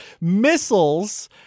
missiles